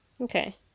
Okay